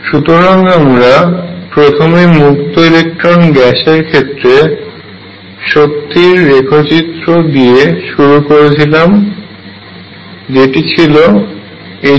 সুতরাং আমরা প্রথমে মুক্ত ইলেকট্রন গ্যাসের ক্ষেত্রে শক্তির রেখাচিত্র দিয়ে শুরু করেছিলাম যেটি ছিল 2k22m